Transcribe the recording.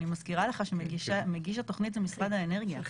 אני מזכירה לך שמגיש התוכנית זה משרד האנרגיה.